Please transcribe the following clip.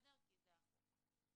כי זה החוק.